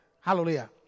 Hallelujah